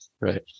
Right